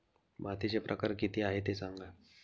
मातीचे प्रकार किती आहे ते सांगा